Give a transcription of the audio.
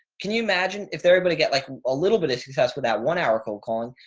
can you imagine if they're able to get like a little bit of success with that one hour cold calling?